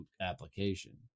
application